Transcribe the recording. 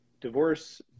divorce